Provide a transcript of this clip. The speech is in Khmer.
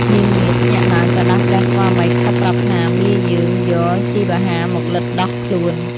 នាងនាថភ្ញាក់ឡើងក៏ដាស់ព្រះស្វាមីខ្សឹបប្រាប់ថាមាយើងយកជីវ្ហាមកលិទ្ធដោះខ្លួន។